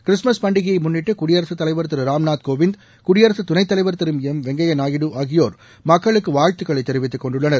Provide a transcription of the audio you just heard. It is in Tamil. கிறிஸ்துமஸ் பண்டிகையை முன்னிட்டு குடியரசுத் தலைவர் திரு ராம்நாத் கோவிந்த் குடியரசுத் துணைத் தலைவர் திரு எம் வெங்கய்யா நாயுடு ஆகியோர் மக்களுக்கு வாழ்த்துகளை தெரிவித்துக் கொண்டுள்ளனர்